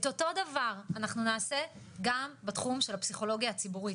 את אותו הדבר אנחנו נעשה גם בתחום של הפסיכולוגיה הציבורית.